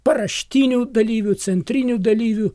paraštinių dalyvių centrinių dalyvių